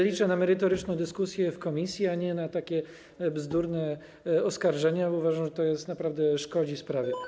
Liczę na merytoryczną dyskusję w komisji, a nie na takie bzdurne oskarżenia, bo uważam, że to naprawdę szkodzi sprawie.